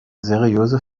seriöse